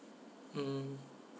mm